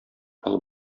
алып